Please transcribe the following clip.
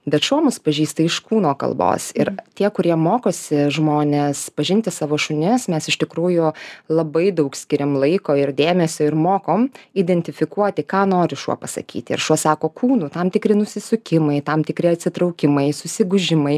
bet šuo mus pažįsta iš kūno kalbos ir tie kurie mokosi žmonės pažinti savo šunis mes iš tikrųjų labai daug skiriam laiko ir dėmesio ir mokom identifikuoti ką nori šuo pasakyti ir šuo sako kūnų tam tikri nusisukimai tam tikri atsitraukimai susigūžimai